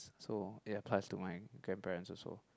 so ya passed to my grandparents also